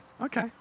Okay